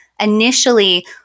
initially